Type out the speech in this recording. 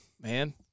man